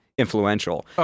Influential